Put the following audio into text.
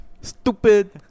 stupid